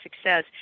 success